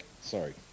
sorry